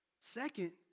Second